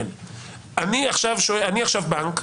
אני עכשיו בנק.